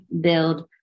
build